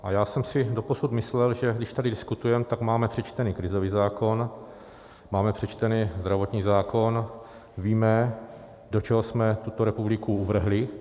A já jsem si doposud myslel, že když tady diskutujeme, tak máme přečtený krizový zákon, máme přečtený zdravotní zákon, víme, do čeho jsme tuto republiku uvrhli.